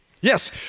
Yes